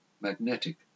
magnetic